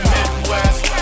Midwest